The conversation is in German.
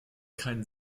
kein